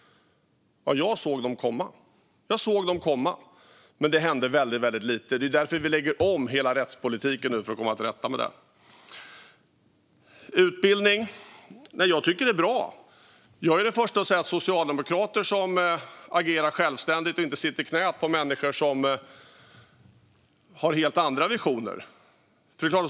Jag såg dem komma, men det hände väldigt lite. Det är därför vi nu lägger om hela rättspolitiken för att komma till rätta med det. Utbildning tycker jag är bra. Jag är den förste att framhålla socialdemokrater som agerar självständigt och inte sitter i knät på människor som har helt andra visioner.